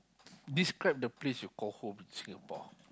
describe the place you call home is Singapore